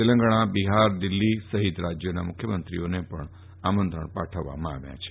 તેલંગણા બિફાર દિલ્ફી સફિત રાજ્યોના મુખ્યમંત્રીઓને પણ આમંત્રણ પાઠવવામાં આવ્યાં છે